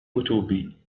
كتبي